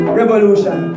revolution